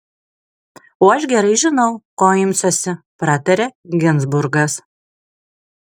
o aš gerai žinau ko imsiuosi pratarė ginzburgas